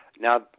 Now